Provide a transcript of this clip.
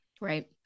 Right